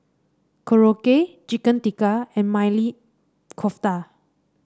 Korokke Chicken Tikka and Maili Kofta